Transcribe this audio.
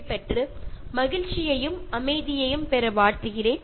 നിങ്ങൾക്ക് സന്തോഷവും സമാധാനവും ഉണ്ടാവട്ടെ